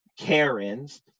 Karens